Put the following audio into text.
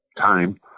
time